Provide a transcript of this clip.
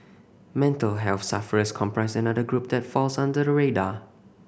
mental health sufferers comprise another group that falls under the radar